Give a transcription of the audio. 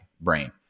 brain